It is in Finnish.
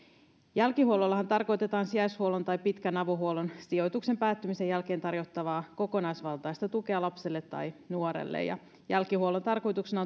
jälkihuollollahan tarkoitetaan sijaishuollon tai pitkän avohuollon sijoituksen päättymisen jälkeen tarjottavaa kokonaisvaltaista tukea lapselle tai nuorelle jälkihuollon tarkoituksena